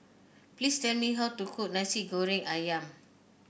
please tell me how to cook Nasi Goreng ayam